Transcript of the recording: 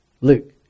Luke